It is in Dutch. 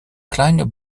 klein